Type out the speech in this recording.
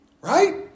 Right